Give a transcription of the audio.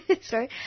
sorry